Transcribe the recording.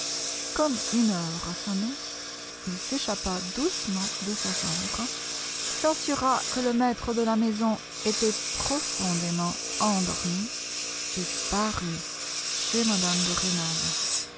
comme une heure sonnait il s'échappa doucement de sa chambre s'assura que le maître de la maison était profondément endormi et parut chez mme de rênal